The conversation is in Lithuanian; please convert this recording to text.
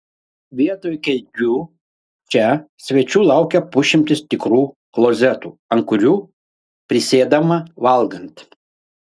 vietoj kėdžių čia svečių laukia pusšimtis tikrų klozetų ant kurių prisėdama valgant